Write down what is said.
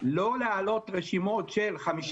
לא להעלות רשימות של 15,